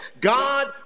God